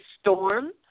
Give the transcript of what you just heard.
storm